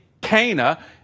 Kana